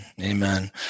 Amen